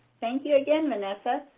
thank you again, vanessa.